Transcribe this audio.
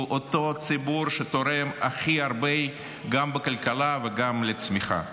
אותו ציבור שתורם הכי הרבה גם בכלכלה וגם לצמיחה.